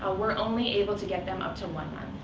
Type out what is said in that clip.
ah we're only able to get them up to one month.